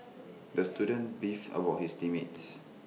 the student beefed about his team mates